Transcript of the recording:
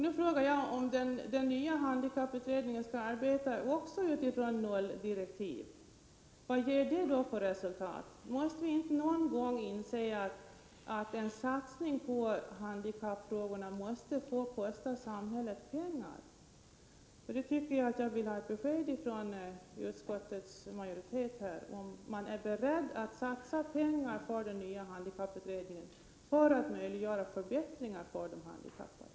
Nu frågar jag: Om den nya handikapputredningen också skall arbeta utifrån ett nolldirektiv, vad blir det då för resultat? Måste vi inte någon gång inse att en satsning på handikappfrågorna måste få kosta samhället pengar? Jag vill ha ett besked från utskottsmajoriteten, om man är beredd att ge den nya handikapputredningen pengar för att möjliggöra förbättringar för de handikappade.